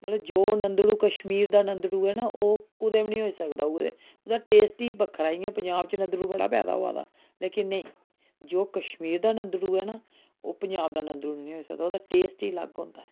मतलब जो नंदड़ू कश्मीर दा नंदड़ू ऐ न ओह् कुदै बी नी होई सकदा उयै ओह्दा टेस्ट ही बक्खरा इ'यां पंजाब च नंदड़ू बड़ा पैदा होआ दा लेकिन नेईं जो कश्मीर दा नंदड़ू ऐ न ओह् पंजाब दा नंदड़ू नेईं होई सकदा ओह्दा टेस्ट ई अलग होंदा ऐ